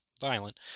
violent